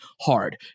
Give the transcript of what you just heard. hard